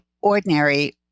ordinary